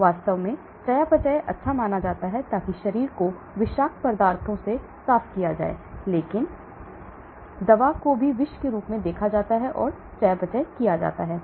वास्तव में चयापचय अच्छा माना जाता है ताकि शरीर को विषाक्त पदार्थों से साफ किया जाए लेकिन दवा को भी विष के रूप में देखा जाता है और चयापचय किया जाता है